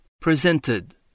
Presented